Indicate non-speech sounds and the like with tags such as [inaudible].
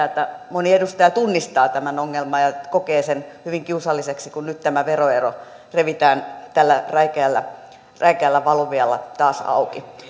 [unintelligible] että moni edustaja tunnistaa tämän ongelman ja kokee sen hyvin kiusalliseksi kun nyt tämä veroero revitään tällä räikeällä räikeällä valuvialla taas auki